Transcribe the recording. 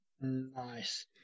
Nice